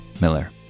Miller